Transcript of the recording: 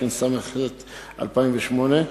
התשס"ח 2008,